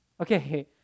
Okay